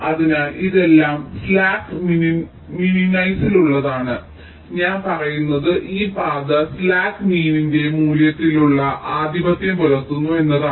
അതിനാൽ ഇതെല്ലാം സ്ലാക്ക് മീനിന്റെലുള്ളതാണ് ഞാൻ പറയുന്നത് ഈ പാത സ്ലാക്ക് മീനിന്റെ മൂല്യത്തിൽ ആധിപത്യം പുലർത്തുന്നു എന്നതാണ്